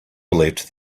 believed